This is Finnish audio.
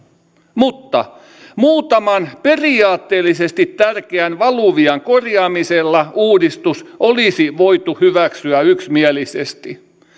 mutta muutaman periaatteellisesti tärkeän valuvian korjaamisella uudistus olisi voitu hyväksyä yksimielisesti